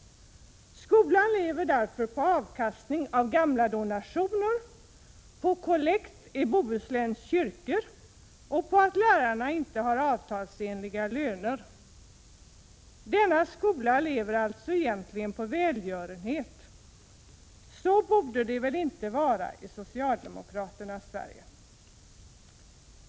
Skolan lever därför på avkastningen av gamla donationer, på kollekt i Bohusläns kyrkor och på att lärarna inte har avtalsenliga löner. Denna skola lever alltså egentligen på välgörenhet. Så borde det väl inte vara i socialdemokraternas Sverige!